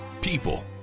people